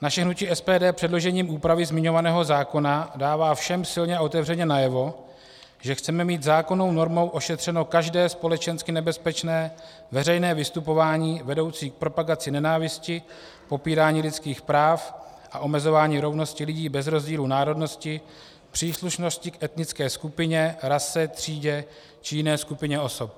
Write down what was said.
Naše hnutí SPD předložením úpravy zmiňovaného zákona dává všem silně a otevřeně najevo, že chceme mít zákonnou normou ošetřeno každé společensky nebezpečné veřejné vystupování vedoucí k propagaci nenávisti, popírání lidských práv a omezování rovnosti lidí bez rozdílu národnosti, příslušnosti k etnické skupině, rase, třídě či jiné skupině osob.